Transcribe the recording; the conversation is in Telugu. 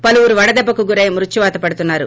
పలువురు వడదెట్సకు గురై మృత్యువాత పడుతున్నారు